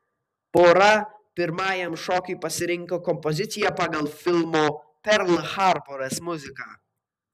pora pirmajam šokiui pasirinko kompoziciją pagal filmo perl harboras muziką